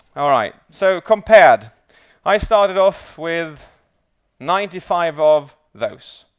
alright, so compared i started off with ninety five of those.